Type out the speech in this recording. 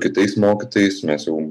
kitais mokytojais mes jau